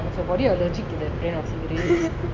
is your body allergic to that brand of cigarettes